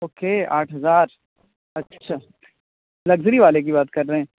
okay آٹھ ہزار اچھا لگژری والے کی بات کر رہے ہیں